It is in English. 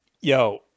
Yo